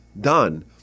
done